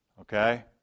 Okay